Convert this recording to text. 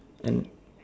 and